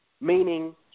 Meaning